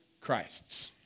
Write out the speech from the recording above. Christs